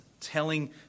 telling